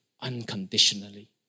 unconditionally